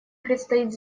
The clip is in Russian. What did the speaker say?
предстоит